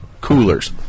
coolers